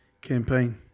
campaign